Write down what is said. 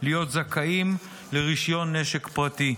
להיות זכאים לרישיון נשק פרטי.